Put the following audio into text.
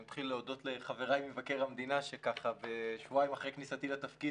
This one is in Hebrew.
אתחיל להודות לחבריי ממבקר המדינה ששבועיים אחרי כניסתי לתפקיד